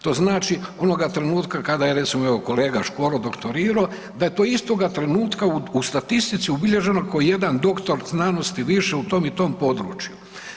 To znači onoga trenutka kada je recimo evo kolega Škoro doktorirao da je to istoga trenutka u statistici ubilježeno kao jedan doktor znanosti više u tom i tom području.